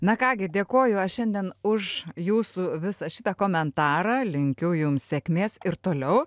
na ką gi dėkoju aš šiandien už jūsų visą šitą komentarą linkiu jums sėkmės ir toliau